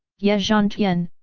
ye zhantian,